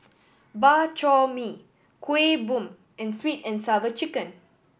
Bak Chor Mee Kueh Bom and Sweet And Sour Chicken